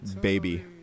baby